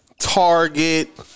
Target